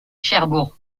cherbourg